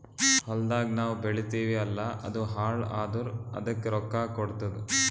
ಹೊಲ್ದಾಗ್ ನಾವ್ ಬೆಳಿತೀವಿ ಅಲ್ಲಾ ಅದು ಹಾಳ್ ಆದುರ್ ಅದಕ್ ರೊಕ್ಕಾ ಕೊಡ್ತುದ್